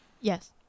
Yes